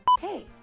Hey